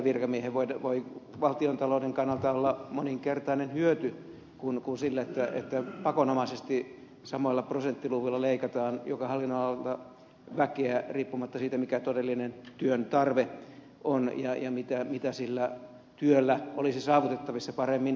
siitä voi valtiontalouden kannalta olla moninkertainen hyöty verrattuna siihen että pakonomaisesti samoilla prosenttiluvuilla leikataan joka hallinnonalalta väkeä riippumatta siitä mikä todellinen työn tarve on ja mitä sillä työllä olisi saavutettavissa paremmin ja oikein organisoituna